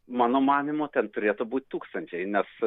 mano manymu ten turėtų būt tūkstančiai nes